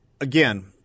Again